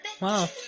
Wow